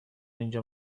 اینجا